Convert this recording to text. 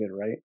right